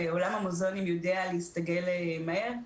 עולם המוזיאונים יודע להסתגל מהר.